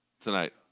tonight